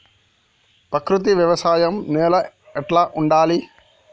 ప్రకృతి వ్యవసాయం నేల ఎట్లా ఉండాలి?